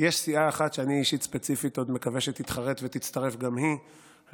יש סיעה אחת שאני אישית ספציפית עוד מקווה שתתחרט ותצטרף גם היא לתמיכה.